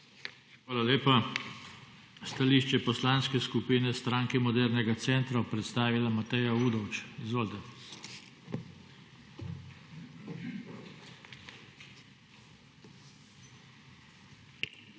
Hvala lepa. Stališče Poslanske skupine Stranke modernega centra bo predstavila Mateja Udovč. Izvolite. MATEJA